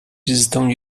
estão